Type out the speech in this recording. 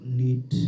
need